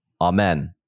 Amen